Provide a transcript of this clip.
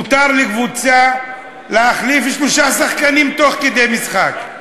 מותר לקבוצה להחליף שלושה שחקנים תוך כדי משחק,